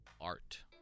art